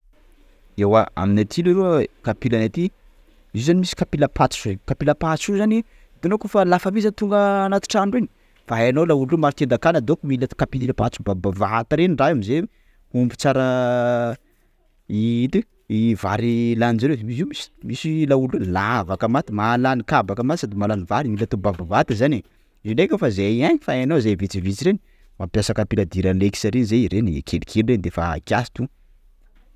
Ewa aminay aty leroa, kapila anay aty, izy io zany misy kapila patso zay: kapika patso izy zany: hitanao kôfa la famille zany misy tonga anaty trano reny? _x000D_ Efa hainao laolo maro tendan-kanina donc mila kapila patso bavabavata reny raha io amzay omby tsara i ty vary laninjareo izy io mis- misy laolo reo lavaka maty mahalany, kabaka maty sady mahalany vary, mila atao bavabavata zany e! _x000D_ Io ndreka efa zay hein! efa hainao zay ein efa hainao zay vitsivitsy reny mampiasa kapila duralex reny zay; reny kelikely reny defa kiasy to!